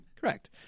Correct